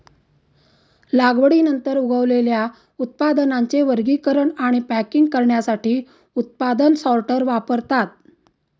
लागवडीनंतर उगवलेल्या उत्पादनांचे वर्गीकरण आणि पॅकिंग करण्यासाठी उत्पादन सॉर्टर वापरतात